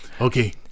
Okay